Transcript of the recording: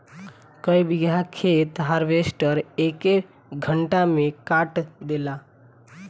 कई बिगहा खेत हार्वेस्टर एके घंटा में काट देला